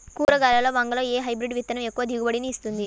కూరగాయలలో వంగలో ఏ హైబ్రిడ్ విత్తనం ఎక్కువ దిగుబడిని ఇస్తుంది?